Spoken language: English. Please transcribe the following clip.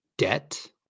debt